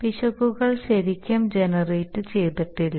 പിശകുകൾ ശരിക്കും ജനറേറ്റു ചെയ്തിട്ടില്ല